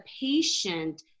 patient